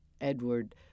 Edward